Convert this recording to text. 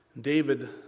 David